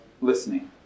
listening